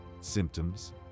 symptoms